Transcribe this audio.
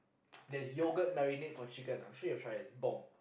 there's yogurt marinate for chicken I'm sure you've tried it it's bomb